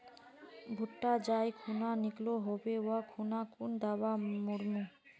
भुट्टा जाई खुना निकलो होबे वा खुना कुन दावा मार्मु?